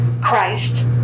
Christ